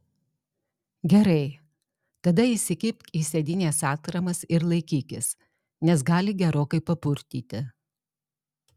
gerai tada įsikibk į sėdynes atramas ir laikykis nes gali gerokai papurtyti